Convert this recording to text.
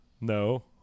no